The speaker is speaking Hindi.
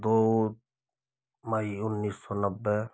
दो मई उन्नीस सौ नब्बे